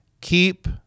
keep